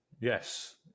Yes